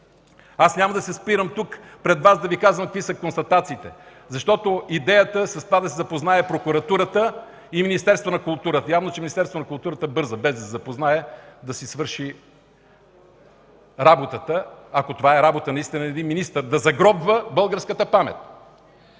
Аз няма да се спирам тук, пред Вас, да Ви казвам какви са констатациите, защото идеята е с това да се запознае Прокуратурата и Министерството на културата, явно че Министерството на културата бърза, без да се запознае, да се свърши работата, ако това е работа наистина на един министър – да загробва българската памет.